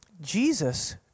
Jesus